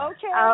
Okay